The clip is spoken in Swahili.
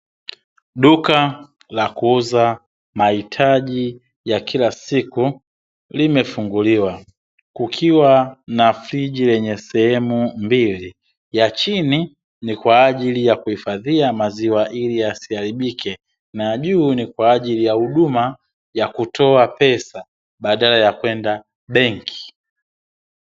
Duka la kuuza mahitaji ya kila siku limefunguliwa, kukiwa na friji lenye sehemu mbili. Ya chini ni kwa ajili ya kuhifadhia maziwa ili yasiharibike, naya juu ni kwa ajili ya huduma ya kutoa pesa, badala ya kwenda benki.